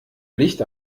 licht